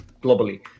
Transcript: globally